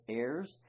airs